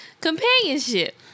Companionship